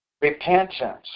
Repentance